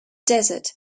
desert